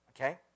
okay